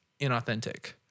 inauthentic